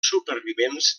supervivents